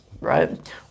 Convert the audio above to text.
right